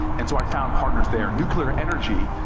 and so i found partners there. nuclear energy,